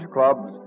Clubs